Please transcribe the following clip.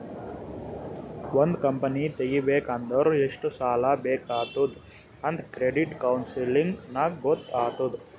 ಒಂದ್ ಕಂಪನಿ ತೆಗಿಬೇಕ್ ಅಂದುರ್ ಎಷ್ಟ್ ಸಾಲಾ ಬೇಕ್ ಆತ್ತುದ್ ಅಂತ್ ಕ್ರೆಡಿಟ್ ಕೌನ್ಸಲಿಂಗ್ ನಾಗ್ ಗೊತ್ತ್ ಆತ್ತುದ್